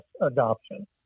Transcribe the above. adoption